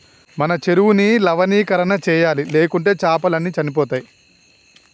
మన చెరువుని లవణీకరణ చేయాలి, లేకుంటే చాపలు అన్ని చనిపోతయ్